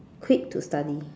quit to study